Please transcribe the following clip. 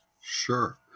Sure